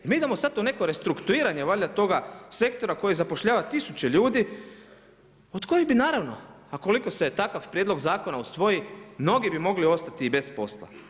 I mi idemo sad u neko restrukturiranje valjda toga sektora koji zapošljava tisuće ljudi od kojih bi naravno, a ukoliko se takav prijedlog zakona usvoji mnogi bi mogli ostati i bez posla.